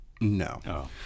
No